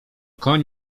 koń